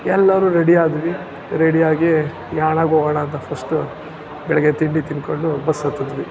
ಎಲ್ಲರೂ ರೆಡಿಯಾದ್ವಿ ರೆಡಿಯಾಗಿ ಯಾಣಕ್ಕೆ ಹೋಗೋಣ ಅಂತ ಫಸ್ಟು ಬೆಳಗ್ಗೆ ತಿಂಡಿ ತಿನ್ಕೊಂಡು ಬಸ್ ಹತ್ತಿದ್ವಿ